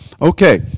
Okay